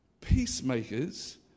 Peacemakers